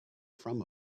from